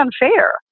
unfair